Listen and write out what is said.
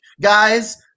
guys